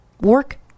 Work